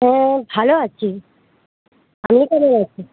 হুম ভালো আছি আপনি কেমন আছেন